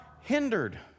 hindered